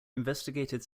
investigated